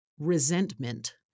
resentment